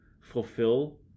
fulfill